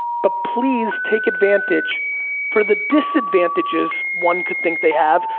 but please take advantage for the disadvantages one could think they have,